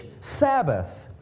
Sabbath